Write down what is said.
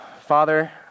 Father